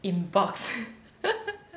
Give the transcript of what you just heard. in box